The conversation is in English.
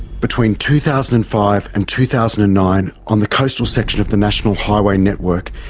between two thousand and five and two thousand and nine on the coastal section of the national highway network,